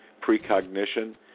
precognition